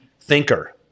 thinker